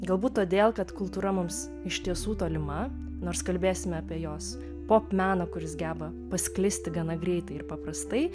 galbūt todėl kad kultūra mums iš tiesų tolima nors kalbėsime apie jos pop meno kuris geba pasklisti gana greitai ir paprastai